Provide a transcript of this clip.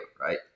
right